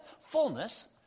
fullness